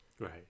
Right